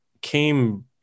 came